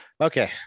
Okay